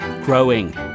growing